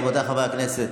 רבותיי חברי הכנסת,